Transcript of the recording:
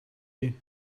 you